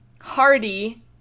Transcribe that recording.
Hardy